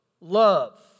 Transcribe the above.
love